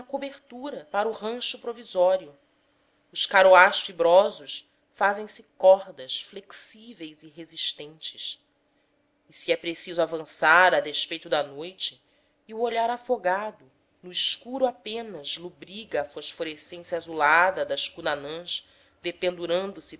cobertura para o rancho provisório os caroás fibrosos fazem-se cordas flexíveis e resistentes e se é preciso avançar a despeito da noite e o olhar afogado no escuro apenas lobriga a fosforescência azulada das cunanãs